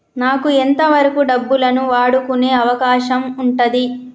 నాకు ఎంత వరకు డబ్బులను వాడుకునే అవకాశం ఉంటది?